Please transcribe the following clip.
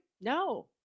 No